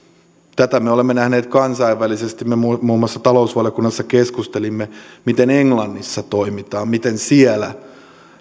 tätä me olemme nähneet kansainvälisesti me muun muun muassa talousvaliokunnassa keskustelimme siitä miten englannissa toimitaan miten siellä